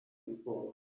before